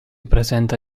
presenta